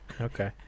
Okay